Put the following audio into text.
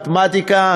מתמטיקה,